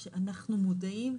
אני רוצה לשאול כמה שאלות.